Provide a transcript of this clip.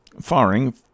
firing